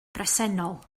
bresennol